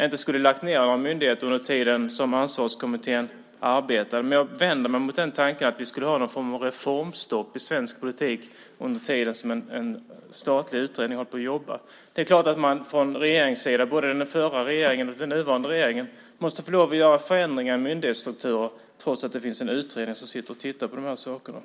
inte skulle ha lagt ned några myndigheter under tiden som Ansvarskommittén arbetar. Men jag vänder mig mot tanken att vi skulle ha någon form av reformstopp i svensk politik under tiden som en statlig utredning håller på och jobbar. Det är klart att man från regeringssidan, både den förra regeringen och den nuvarande regeringen, måste få lov att göra förändringar i myndighetsstrukturen trots att det finns en utredning som sitter och tittar på de här sakerna.